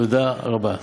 תודה רבה.